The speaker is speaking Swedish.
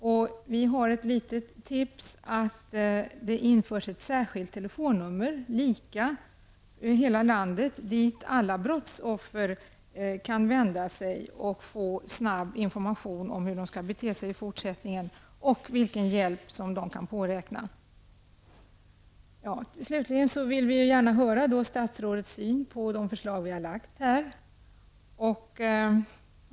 Vi har också ett litet tips: Vi föreslår att det införs ett särskilt telefonnummer, lika över hela landet, dit alla brottsoffer kan vända sig och få snabb information om hur de skall bete sig i fortsättningen och vilken hjälp de kan påräkna. Slutligen vill vi gärna höra statsrådets syn på de förslag vi här har framlagt.